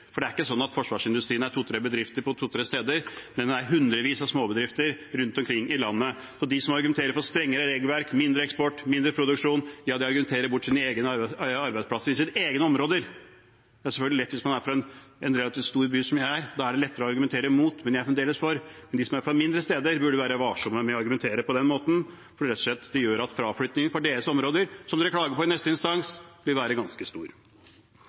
for det er ikke sånn at forsvarsindustrien består av to–tre bedrifter på to–tre steder, men den består av hundrevis av småbedrifter rundt omkring i landet. Så de som argumenterer for strengere regelverk, mindre eksport, mindre produksjon, ja, de argumenterer bort arbeidsplasser i sine egne områder. Det er selvfølgelig lettere hvis man er fra en relativt stor by, som jeg er, å argumenter imot, men jeg er fremdeles for. Men de som er fra mindre steder, burde være varsomme med å argumentere på den måten, for det gjør rett og slett at fraflyttingen i disse områdene – som man klager på i neste instans – vil være ganske stor.